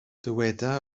dyweda